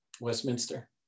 Westminster